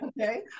Okay